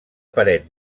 paret